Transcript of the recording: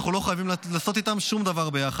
אנחנו לא חייבים לעשות איתם שום דבר ביחד.